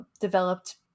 developed